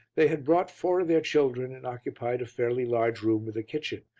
they had brought four of their children and occupied a fairly large room with a kitchen,